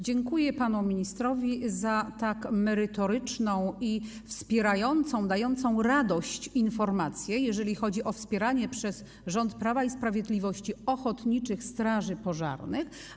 Dziękuję panu ministrowi za tak merytoryczną i dającą radość informację, jeżeli chodzi o wspieranie przez rząd Prawa i Sprawiedliwości ochotniczych straży pożarnych.